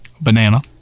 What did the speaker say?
Banana